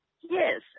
Yes